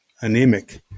anemic